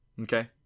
Okay